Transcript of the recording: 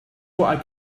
what